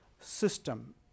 system